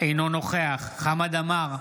אינו נוכח חמד עמאר,